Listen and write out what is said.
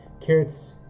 Carrots